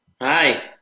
Hi